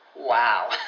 Wow